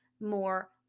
more